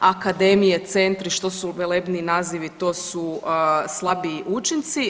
Akademije, centri, što su velebniji nazivi, to su slabiji učinci.